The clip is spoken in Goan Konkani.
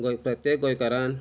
गोंय प्रत्येक गोंयकारान